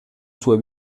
sue